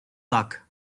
luck